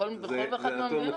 בכל אחת מהמדינות.